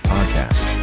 Podcast